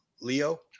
Leo